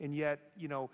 and yet you know